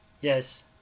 yes